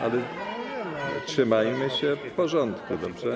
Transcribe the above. Ale trzymajmy się porządku, dobrze?